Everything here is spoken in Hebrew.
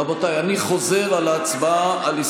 הבאנו להצבעה שלושה